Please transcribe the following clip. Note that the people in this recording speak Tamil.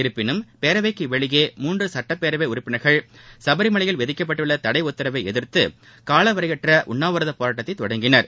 இருப்பினும் பேரவைக்கு வெளியே மூன்று சட்டப் பேரவை உறுப்பினர்கள் சபரிமலையில் விதிக்கப்பட்டுள்ள தடை உத்தரவை எதிர்த்து காலவரையற்ற உண்ணாவிர போராட்டத்தைத் தொடங்கினர்